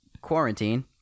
quarantine